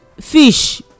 fish